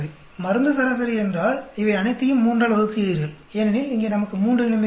மருந்து சராசரி என்றால் இவை அனைத்தையும் 3 ஆல் வகுக்கிறீர்கள் ஏனெனில் இங்கே நமக்கு மூன்று நிலைமைகள் உள்ளன